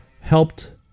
helped